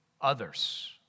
others